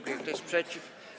Kto jest przeciw?